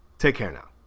take care now